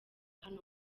hano